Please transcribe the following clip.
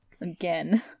again